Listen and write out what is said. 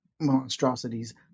monstrosities